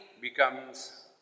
becomes